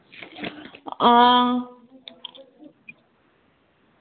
हां